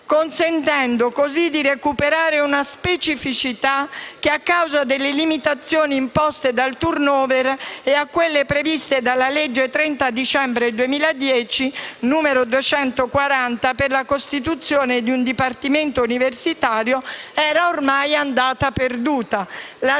consentendo di recuperare una specificità che, a causa delle limitazioni imposte dal *turnover* e a quelle previste dalla legge 30 dicembre 2010, n. 240, per la costituzione di un dipartimento universitario, era ormai andata perduta.